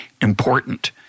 important